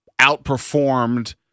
outperformed